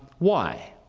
why?